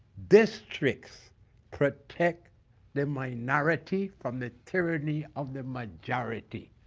districts protect the minority from the tyranny of the majority.